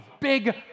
big